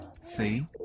See